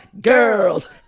Girls